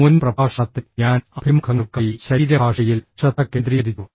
മുൻ പ്രഭാഷണത്തിൽ ഞാൻ അഭിമുഖങ്ങൾക്കായി ശരീരഭാഷയിൽ ശ്രദ്ധ കേന്ദ്രീകരിച്ചു